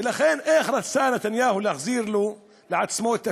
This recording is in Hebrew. ולכן, איך רצה נתניהו להחזיר לו, לעצמו את הכבוד,